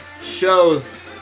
shows